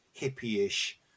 hippie-ish